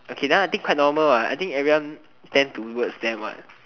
okay that one I think quite normal what I think everyone tend to towards them what